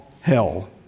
hell